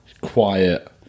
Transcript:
quiet